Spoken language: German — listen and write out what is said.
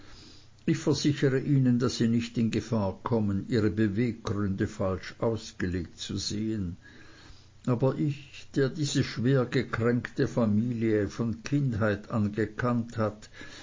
ich versichere ihnen daß sie nicht in gefahr kommen ihre beweggründe falsch ausgelegt zu sehen aber ich der diese schwergekränkte familie von kindheit an gekannt hat